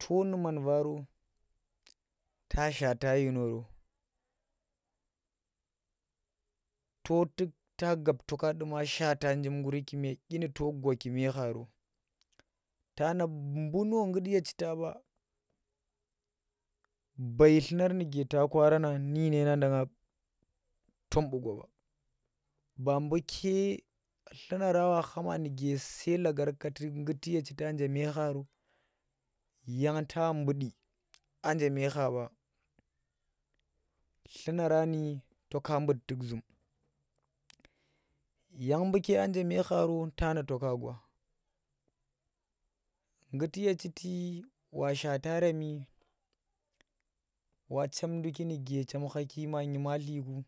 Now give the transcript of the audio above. to nu manvaro ta shaata dyinuro to tuk ta gab to ka ɗuma shaata njiv gguri kumo dyino gwaki me kharo tana mbuuno nggut ye chita ɓa bai dlunar nuke ta kwaara na nudyinu na da ngga tom buu goɓa ba buu ke dlunar nang wa khama nuke sai lagargati ngghti ye chita nje me kharo yang ta mbuɗi anje me kha ɓa dlurani to ka nbuddi zum yang buuke anje me kharo ta na to ka gwa ngguti ye shaata remi wa chem nduki nuke chem khaki ma nymatliku.